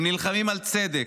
הם נלחמים על צדק.